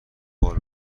بال